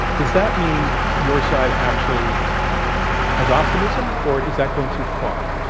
does that mean your side actually has optimism? or is that going too far?